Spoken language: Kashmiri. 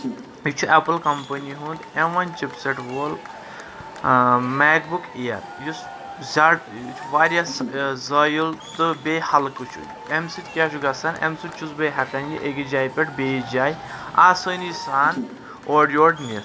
أسۍ چھِ ایپٕل کمپٔنی ہُنٛد اٮ۪م ون چِپسٕڈ وول میک بک ایئر یُس زیادٕ یہِ چھُ واریاہ زٲیل تہٕ بیٚیہِ حلکہٕ چھُ یہِ امہِ سۭتۍ کیاہ چھُ گژھان امہِ سۭتۍ چھُس بہٕ ہؠکان یہِ أکِس جایہِ پؠٹھ بیٚیِس جایہِ آسٲنی سان اورٕ یورٕ نِتھ